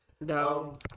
No